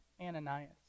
Ananias